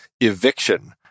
eviction